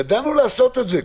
ידענו לעשות את זה.